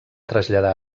traslladar